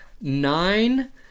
nine